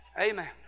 Amen